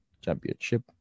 Championship